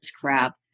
crap